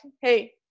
hey